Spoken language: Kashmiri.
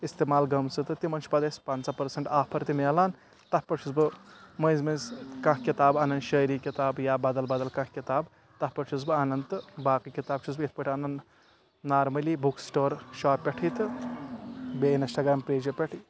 استعمال گٔمژٕ تہٕ تِمن چھِ اسہِ پتہٕ پنژہ پرسنٹ آفر تہ مِلان تتھ پٮ۪ٹھ چھُس بہٕ مٔنٛزۍ مٔنٛزۍ کانٛہہ کِتاب انان شٲعری کِتاب یا بدل بدل کانٛہہ کِتاب تتھ پٮ۪ٹھ چھُس بہٕ انان تہٕ باقٕے کِتاب چھُس بہٕ یتھ پٲٹھۍ انان نارمٔلی بُک سٹور شاپ پٮ۪ٹھٕے تہٕ بییٚہِ انسٹاگرام پیجو پٮ۪ٹھ